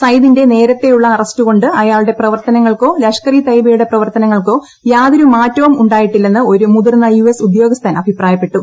സയിദിന്റെ നേരത്തേയുള്ള അറസ്റ്റുകൊണ്ട് അയാളുടെ പ്രവർത്തനങ്ങൾക്കോ ലഷ്കർ ഇ തയ്ബയുടെ പ്രവർത്തനങ്ങൾക്കോ യാതൊരു മാറ്റവും ഉണ്ടാക്കിയിട്ടില്ലെന്ന് ഒരു മുതിർന്ന യു എസ് ഉദ്യോഗസ്ഥൻ അഭിപ്രായപ്പെട്ടു